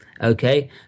okay